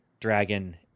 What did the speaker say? Dragon